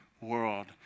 world